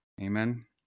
Amen